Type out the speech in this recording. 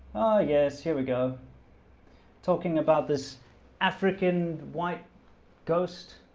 yes, here we go talking about this african white ghost